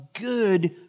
good